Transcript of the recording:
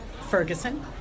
Ferguson